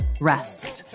rest